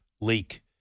leak